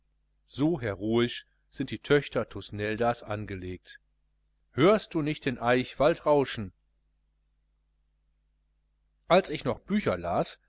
so heroisch sind die töchter thusneldas angelegt hörst du nicht den eichwald rauschen als ich noch bücher las